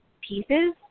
pieces